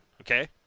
okay